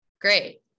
great